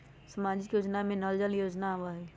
सामाजिक योजना में नल जल योजना आवहई?